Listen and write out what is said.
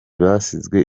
basizwe